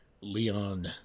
Leon